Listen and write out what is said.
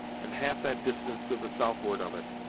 and half that distance to the southward of it,